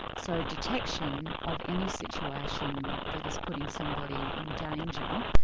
so detection of any situation that is putting somebody in danger,